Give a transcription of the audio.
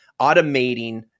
automating